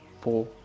four